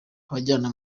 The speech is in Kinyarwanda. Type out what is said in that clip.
abajyana